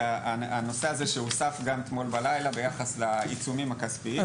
זה הנושא הזה שהוסף גם אתמול בלילה ביחס לעיצומים הכספיים.